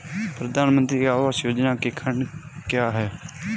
प्रधानमंत्री आवास योजना के खंड क्या हैं?